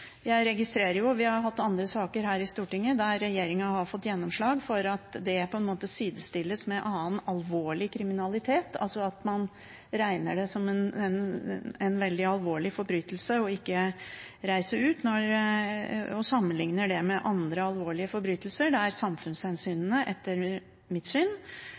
jeg at det er et overslag over hvor på skalaen man plasserer det å bryte utlendingsloven og ikke reise ut. Vi har jo hatt andre saker her i Stortinget der regjeringen har fått gjennomslag for at det på en måte sidestilles med annen, alvorligere kriminalitet, altså at man regner det som en veldig alvorlig forbrytelse ikke å reise ut. Man sammenligner det med andre, alvorlige forbrytelser